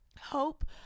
hope